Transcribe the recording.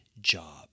job